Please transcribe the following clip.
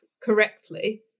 Correctly